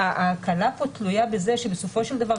ההקלה פה תלוי בזה שבסופו של דבר,